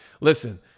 listen